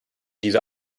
diese